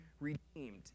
redeemed